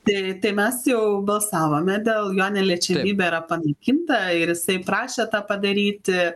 tai tai mes jau balsavome dėl jo neliečiamybė yra panaikinta ir jisai prašė tą padaryti